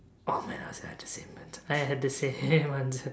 oh my god we had the same answer I had the same answer